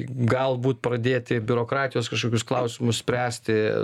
galbūt pradėti biurokratijos kažkokius klausimus spręsti